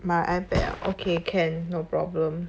my Ipad ah okay can no problem